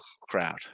crowd